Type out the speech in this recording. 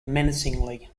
menacingly